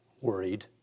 worried